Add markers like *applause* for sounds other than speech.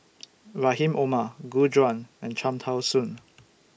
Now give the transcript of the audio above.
*noise* Rahim Omar Gu Juan and Cham Tao Soon